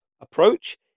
approach